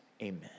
Amen